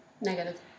Negative